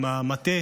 עם המטה